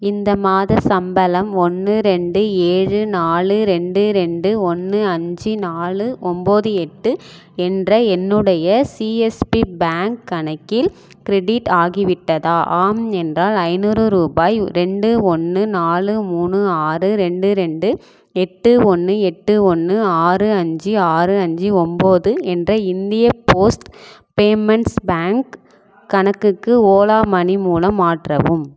இந்த மாதச் சம்பளம் ஒன்று ரெண்டு ஏழு நாலு ரெண்டு ரெண்டு ஒன்று அஞ்சு நாலு ஒன்போது எட்டு என்ற என்னுடைய சிஎஸ்பி பேங்க் கணக்கில் கிரெடிட் ஆகிவிட்டதா ஆம் என்றால் ஐநூறு ரூபாய் ரெண்டு ஒன்று நாலு மூணு ஆறு ரெண்டு ரெண்டு எட்டு ஒன்று எட்டு ஒன்று ஆறு அஞ்சு ஆறு அஞ்சு ஒன்போது என்ற இந்திய போஸ்ட் பேமெண்ட்ஸ் பேங்க் கணக்குக்கு ஓலா மனி மூலம் மாற்றவும்